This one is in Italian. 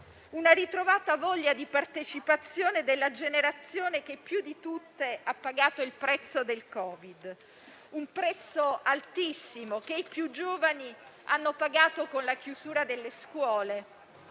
una ritrovata voglia di partecipazione della generazione che più di tutte ha pagato il prezzo del Covid. Si tratta di un prezzo altissimo che i più giovani hanno pagato con la chiusura della scuola